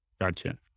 Gotcha